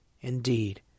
Indeed